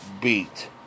beat